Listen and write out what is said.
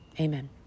Amen